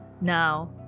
now